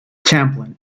champlin